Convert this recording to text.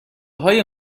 های